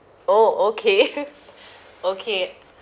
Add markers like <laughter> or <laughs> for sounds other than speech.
oh okay <laughs> okay